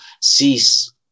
cease